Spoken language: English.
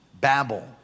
Babel